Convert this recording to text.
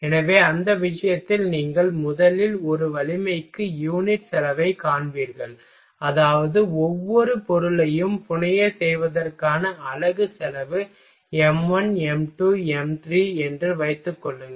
எனவே அந்த விஷயத்தில் நீங்கள் முதலில் ஒரு வலிமைக்கு யூனிட் செலவைக் காண்பீர்கள் அதாவது ஒவ்வொரு பொருளையும் புனையச் செய்வதற்கான அலகு செலவு m1 m2 m3 என்று வைத்துக் கொள்ளுங்கள்